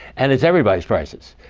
and it's everybody's prices.